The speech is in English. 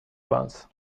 once